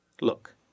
Look